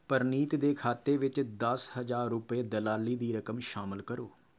ਪਰਨੀਤ ਦੇ ਖਾਤੇ ਵਿੱਚ ਦਸ ਹਜ਼ਾਰ ਰੁਪਏ ਦਲਾਲੀ ਦੀ ਰਕਮ ਸ਼ਾਮਲ ਕਰੋ